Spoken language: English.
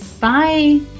Bye